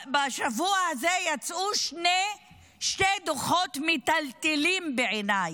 השבוע, יצאו שני דוחות מטלטלים, בעיניי,